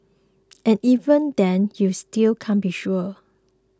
and even then you still can't be sure